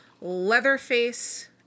Leatherface